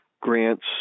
grants